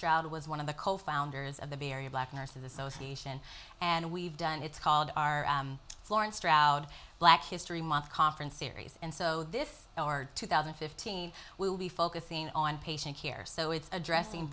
stroud was one of the co founders of the very black nurses association and we've done it's called our florence stroud black history month conference series and so this our two thousand and fifteen will be focusing on patient care so it's addressing